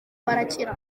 barakira